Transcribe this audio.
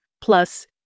plus